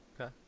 Okay